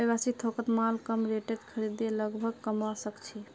व्यवसायी थोकत माल कम रेटत खरीदे लाभ कमवा सक छी